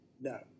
no